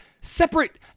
separate